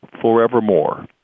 forevermore